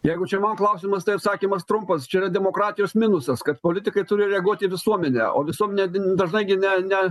jeigu čia man klausimas tai atsakymas trumpas čia yra demokratijos minusas kad politikai turi reaguoti į visuomenę o visuomenė dažnai gi ne ne